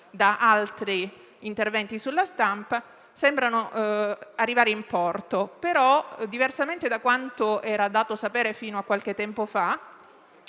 da altri interventi sulla stampa - sembrano arrivare in porto. Eppure, diversamente da quanto era dato sapere fino a qualche tempo fa,